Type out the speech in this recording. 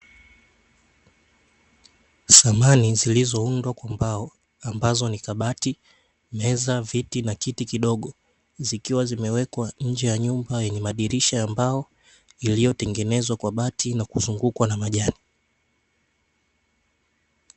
Samani zilizoundwa kwa mbao, ambazo ni; kabati, meza, viti na kiti kidogo, zikiwa zimewekwa nje ya nyumba yenye madirisha ya mbao, iliyotengenezwa kwa bati na kuzungukwa na majani.